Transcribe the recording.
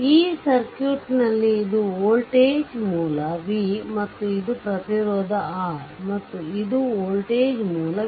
ಈ ಸರ್ಕ್ಯೂಟ್ ನಲ್ಲಿ ಇದು ವೋಲ್ಟೇಜ್ ಮೂಲ v ಮತ್ತು ಇದು ಪ್ರತಿರೋಧ R ಮತ್ತು ಇದು ವೋಲ್ಟೇಜ್ ಮೂಲ v